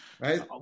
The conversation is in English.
Right